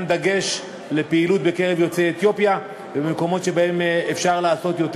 דגש על פעילות בקרב יוצאי אתיופיה ובמקומות שבהם אפשר לעשות יותר.